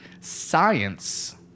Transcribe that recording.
science